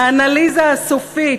באנליזה הסופית,